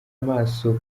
amaso